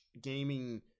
gaming